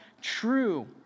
true